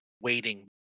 waiting